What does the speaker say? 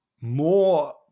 more